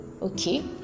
Okay